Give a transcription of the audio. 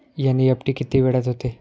NEFT किती वेळात होते?